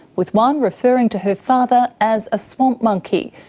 with one referring to her father as a swamp monkey.